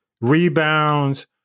rebounds